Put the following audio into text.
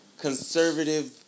conservative